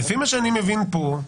לפי מה שאני מבין פה,